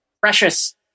precious